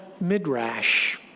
Midrash